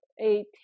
eight